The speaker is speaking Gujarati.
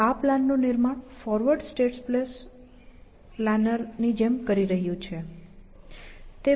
તે આ પ્લાનનું નિર્માણ ફોરવર્ડ સ્ટેટ સ્પેસ પ્લાનર ની જેમ કરી રહ્યું છે